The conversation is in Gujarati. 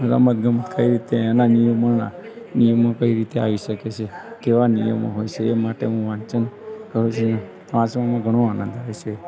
રમત ગમત કઈ રીતે એના નિયમોના નિયમો કઈ રીતે આવી શકે છે કેવા નિયમો હોય છે એ માટે હું વાંચન કરું છું ને વાચવામાં ઘણો આનંદ આવે છે